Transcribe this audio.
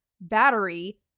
battery